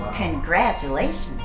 Congratulations